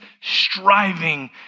striving